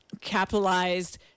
capitalized